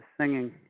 singing